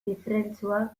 ifrentzua